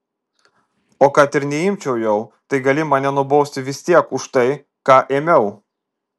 o kad ir neimčiau jau tai gali mane nubausti vis tiek už tai ką ėmiau